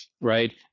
right